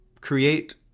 create